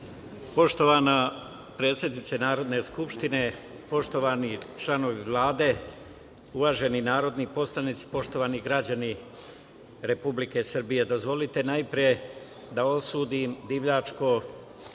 Poštovana predsednice Narodne skupštine, poštovani članovi Vlade, uvaženi narodni poslanici, poštovani građani Republike Srbije, dozvolite najpre da osudim divljačko